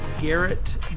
Garrett